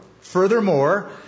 Furthermore